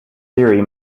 theory